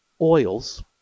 oils